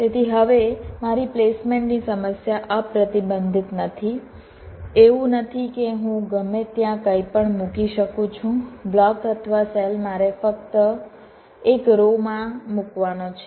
તેથી હવે મારી પ્લેસમેન્ટની સમસ્યા અપ્રતિબંધિત નથી એવું નથી કે હું ગમે ત્યાં કંઈપણ મૂકી શકું છું બ્લોક અથવા સેલ મારે ફક્ત એક રો માં મૂકવાનો છે